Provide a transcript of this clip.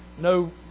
no